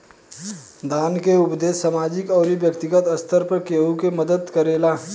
दान के उपदेस सामाजिक अउरी बैक्तिगत स्तर पर केहु के मदद करेला